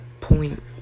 Point